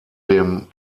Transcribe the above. dem